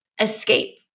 escape